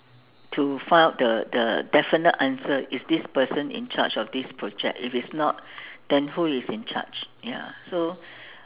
to find out the the definite answer if this person in charge of this project if it's not then who is in charge ya so